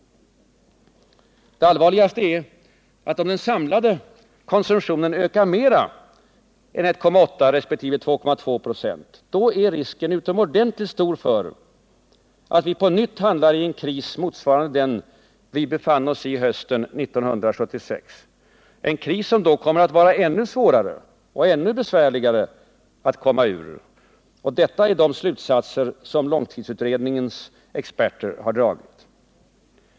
Det allvarligaste är att om den samlade konsumtionen ökar mera än 1,8 resp. 2,2 26, är risken utomordentligt stor för att vi på nytt hamnar i en kris motsvarande den vi befann oss i hösten 1976 — en kris som då kommer att vara ännu svårare och ännu besvärligare att komma ur. Det är de slutsatser som långtidsutredningens experter har dragit.